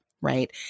right